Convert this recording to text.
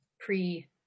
pre